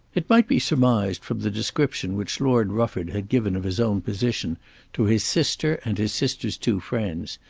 it might be surmised from the description which lord rufford had given of his own position to his sister and his sister's two friends,